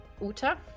Uta